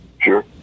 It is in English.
Sure